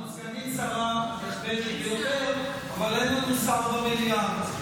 סגנית שרה יש תמיד יותר, אבל אין לנו שר במליאה.